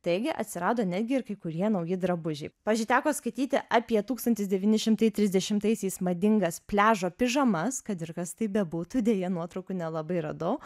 taigi atsirado netgi ir kai kurie nauji drabužiai pavyzdžiui teko skaityti apie tūkstantis devyni šimtai trisdešimaisiais madingas pliažo pižamas kad ir kas tai bebūtų deja nuotraukų nelabai radau